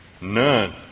none